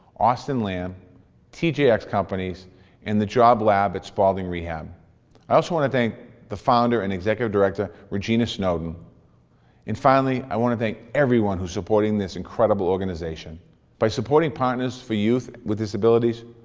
austin lam tjx companies and the joblab at spaulding rehab i also want to thank the founder and executive director regina snowden and finally i want to thank everyone who's supporting this incredible organization by supporting partners for youth with disabilities,